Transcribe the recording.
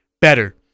better